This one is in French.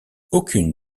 aucune